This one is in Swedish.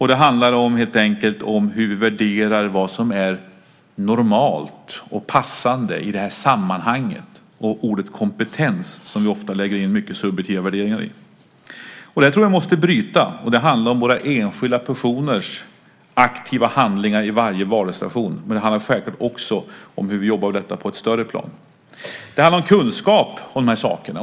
Det handlar helt enkelt om hur vi värderar vad som är normalt och passande i sammanhanget och ordet kompetens som vi ofta lägger in mycket subjektiva värderingar i. Det här tror jag måste brytas. Det handlar om enskilda personers aktiva handlingar i varje valsituation, men det handlar självklart också om hur vi jobbar med detta på ett större plan. Det handlar om kunskap om de här sakerna.